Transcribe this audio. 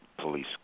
police